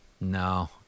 No